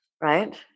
right